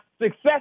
success